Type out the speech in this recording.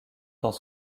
dans